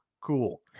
cool